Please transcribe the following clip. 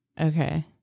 Okay